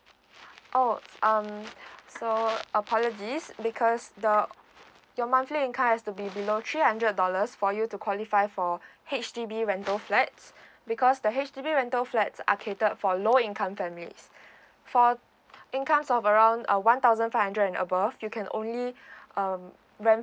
oh um so apologies because the your monthly income has to be below three hundred dollars for you to qualify for H_D_B rental flats because the H_D_B the rental flats are catered for low income families for incomes of around uh one thousand five hundred and above you can only um rent